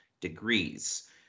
degrees